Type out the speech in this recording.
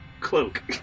cloak